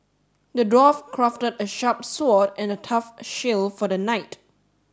the dwarf crafted a sharp sword and a tough shield for the knight